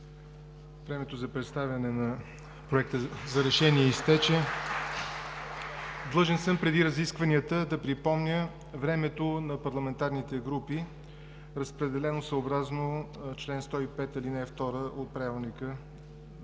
Времето за представяне на Проекта за решение изтече. Длъжен съм преди разискванията да припомня времето на парламентарните групи, разпределено съобразно чл. 105, ал. 2 от Правилника